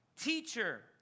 Teacher